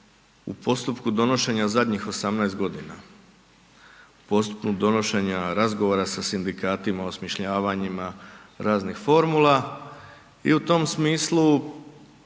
u postupku donošenja zadnjih 18 godina. U postupku donošenja, razgovora sa sindikatima, osmišljavanjima raznih formula i u tom smislu